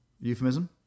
Euphemism